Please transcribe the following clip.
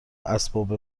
اسباب